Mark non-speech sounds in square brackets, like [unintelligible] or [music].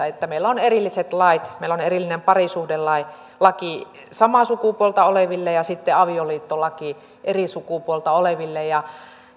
[unintelligible] että meillä on erilliset lait meillä on erillinen parisuhdelaki samaa sukupuolta oleville ja sitten avioliittolaki eri sukupuolta oleville ja